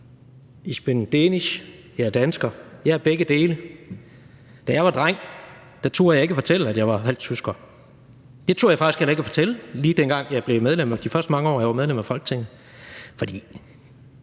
jeg er dansker. Jeg er begge dele. Da jeg var dreng, turde jeg ikke fortælle, at jeg var halvt tysker. Det turde jeg faktisk heller ikke fortælle de første mange år, jeg var medlem af Folketinget,